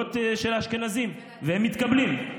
למוסדות של האשכנזים, והם מתקבלים.